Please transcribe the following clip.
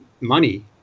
money